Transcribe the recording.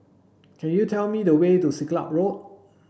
can you tell me the way to Siglap Road